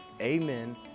amen